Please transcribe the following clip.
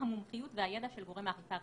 המומחיות והידע של גורם האכיפה הרלוונטי,